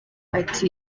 ati